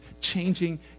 changing